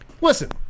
Listen